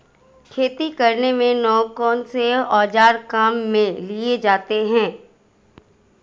खेती करने में कौनसे औज़ार काम में लिए जाते हैं?